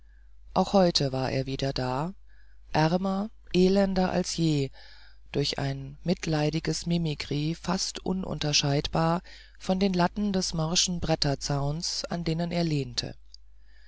auch heute war er wieder da ärmer elender als je durch ein mitleidiges mimikry fast ununterscheidbar von den latten des morschen bretterzauns an denen er lehnte